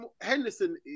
Henderson